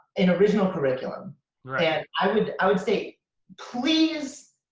and original curriculum. and i would i would say please,